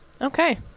Okay